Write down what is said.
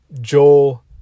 Joel